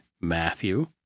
Matthew